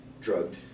drugged